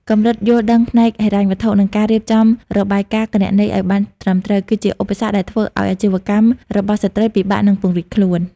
កម្រិតយល់ដឹងផ្នែកហិរញ្ញវត្ថុ និងការរៀបចំរបាយការណ៍គណនេយ្យឱ្យបានត្រឹមត្រូវ គឺជាឧបសគ្គដែលធ្វើឱ្យអាជីវកម្មរបស់ស្ត្រីពិបាកនឹងពង្រីកខ្លួន។